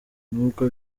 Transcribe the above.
nubwo